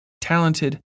talented